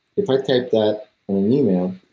if i typed that in an email,